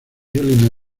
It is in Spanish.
julie